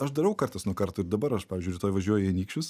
aš darau kartas nuo karto ir dabar aš pavyzdžiui rytoj važiuoju į anykščius